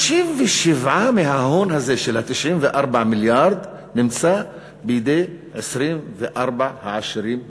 57 מההון הזה של ה-94 מיליארד נמצא בידי 24 העשירים ביותר.